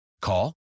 call